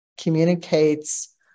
communicates